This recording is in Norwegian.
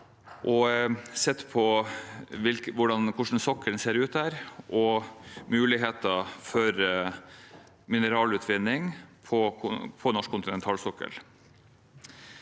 på hvordan sokkelen ser ut der, med tanke på muligheter for mineralutvinning på norsk kontinentalsokkel.